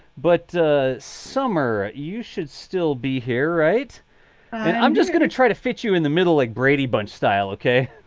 but summer, you should still be here. right. and i'm just going to try to fit you in the middle. a like brady bunch style, ok?